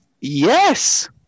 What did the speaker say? Yes